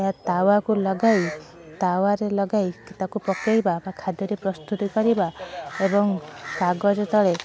ଏହା ତାୱାକୁ ଲଗାଇ ତାୱାରେ ଲଗାଇ ତାକୁ ପକାଇବା ତାକୁ ଖାଦ୍ୟରେ ପ୍ରସ୍ତୁତି କରିବା ଏବଂ କାଗଜ ତଳେ